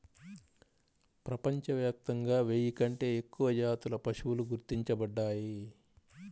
ప్రపంచవ్యాప్తంగా వెయ్యి కంటే ఎక్కువ జాతుల పశువులు గుర్తించబడ్డాయి